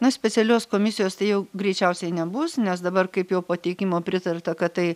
na specialios komisijos tai jau greičiausiai nebus nes dabar kaip jo pateikimo pritarta kad tai